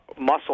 Muscle